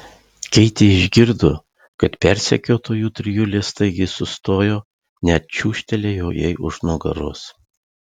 keitė išgirdo kad persekiotojų trijulė staigiai sustojo net čiūžtelėjo jai už nugaros